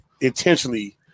intentionally –